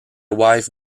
wife